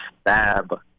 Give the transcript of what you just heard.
stab